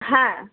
হ্যাঁ